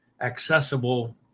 accessible